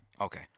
Okay